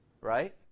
Right